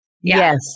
Yes